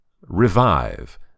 Revive